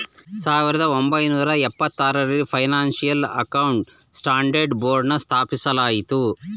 ಸಾವಿರದ ಒಂಬೈನೂರ ಎಪ್ಪತಾರರಲ್ಲಿ ಫೈನಾನ್ಸಿಯಲ್ ಅಕೌಂಟಿಂಗ್ ಸ್ಟ್ಯಾಂಡರ್ಡ್ ಬೋರ್ಡ್ನ ಸ್ಥಾಪಿಸಲಾಯಿತು